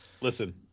Listen